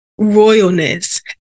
royalness